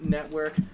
Network